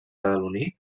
badaloní